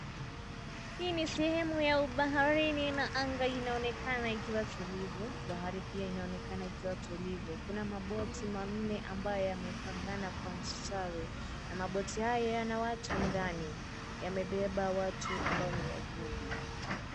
Hii ni sehemu ya baharini na anga inaonekana ikiwa tulivu, bahari pia inaonekana kuwa tulivu. Kuna maboti manne ambayo yamepangana kwa mstari na maboti haya yana watu ndani. Yamebeba watu ambao ni wavuvi.